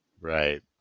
Right